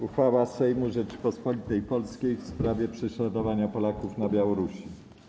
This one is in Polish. Uchwała Sejmu Rzeczypospolitej Polskiej w sprawie prześladowania Polaków na Białorusi.